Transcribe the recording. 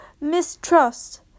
mistrust